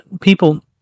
people